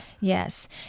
yes